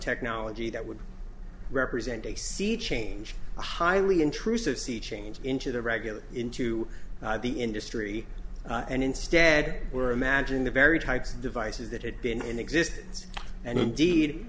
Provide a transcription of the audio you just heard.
technology that would represent a sea change a highly intrusive sea change into the regular into the industry and instead were imagine the very types of devices that had been in existence and indeed